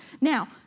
Now